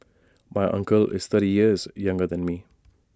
my uncle is thirty years younger than me